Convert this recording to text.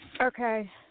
Okay